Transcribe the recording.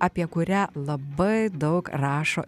apie kurią labai daug rašo